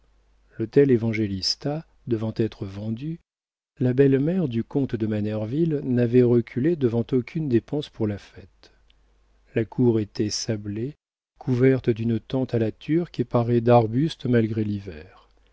esprits l'hôtel évangélista devant être vendu la belle-mère du comte de manerville n'avait reculé devant aucune dépense pour la fête la cour était sablée couverte d'une tente à la turque et parée d'arbustes malgré l'hiver